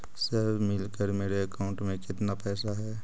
सब मिलकर मेरे अकाउंट में केतना पैसा है?